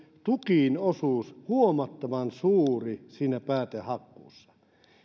tukin osuus huomattavan suuri siinä päätehakkuussa